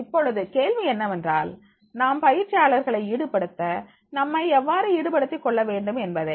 இப்பொழுது கேள்வி என்னவென்றால் நாம் பயிற்சியாளர்களை ஈடுபடுத்த நம்மை எவ்வாறு ஈடுபடுத்திக் கொள்ள வேண்டும் என்பதே